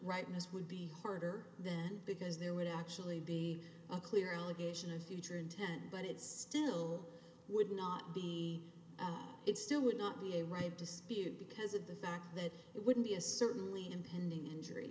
rightness would be harder then because there would actually be a clear allegation of future intent but it still would not be it still would not be a right dispute because of the fact that it would be a certainly impending injury